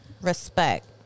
Respect